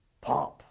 pomp